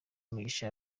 mugisha